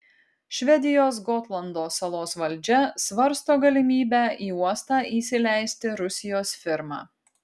švedijos gotlando salos valdžia svarsto galimybę į uostą įsileisti rusijos firmą